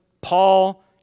Paul